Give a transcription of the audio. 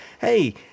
hey